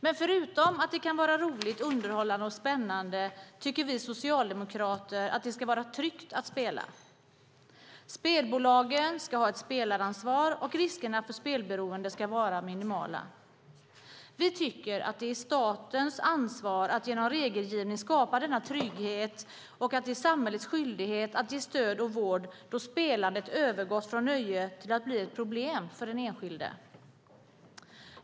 Men förutom att det kan vara roligt, underhållande och spännande tycker vi socialdemokrater att det ska vara tryggt att spela. Spelbolagen ska ha ett spelansvar, och riskerna för spelberoende ska vara minimala. Vi tycker att det är statens ansvar att genom regelgivning skapa denna trygghet och att det är samhällets skyldighet att ge stöd och vård då spelandet övergått från nöje till att bli ett problem för den enskilde.